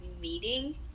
meeting